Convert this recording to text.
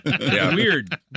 Weird